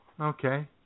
okay